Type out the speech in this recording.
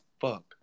fuck